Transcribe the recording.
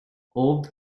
old